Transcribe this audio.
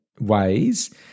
ways